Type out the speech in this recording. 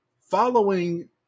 following